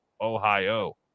ohio